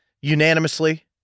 unanimously